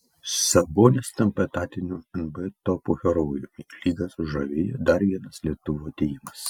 sabonis tampa etatiniu nba topų herojumi lygą sužavėjo dar vienas lietuvio dėjimas